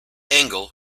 engel